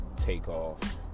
takeoff